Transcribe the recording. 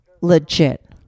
legit